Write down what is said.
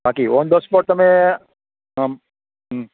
બાકી ઓનફ સ્પોર્ટ તમે આમ હ